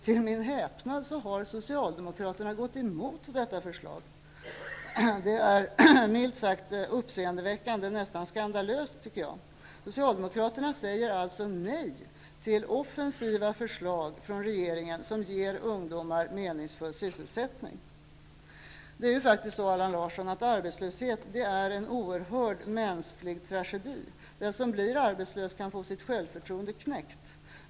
Till min häpnad har Socialdemokraterna gått emot detta förslag. Det är milt sagt uppseendeväckande, nästan skandalöst, tycker jag. Socialdemokraterna säger alltså nej till offensiva förslag från regeringen som ger ungdomar meningsfull sysselsättning. Arbetslöshet är faktiskt, Allan Larsson, en oerhörd mänsklig tragedi. Den som blir arbetslös kan få sitt sjävförtroende knäckt.